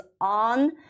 on